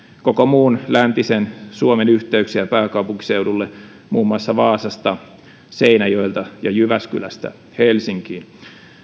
koko muun läntisen suomen yhteyksiä pääkaupunkiseudulle muun muassa vaasasta seinäjoelta ja jyväskylästä helsinkiin